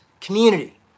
community